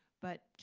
but